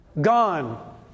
gone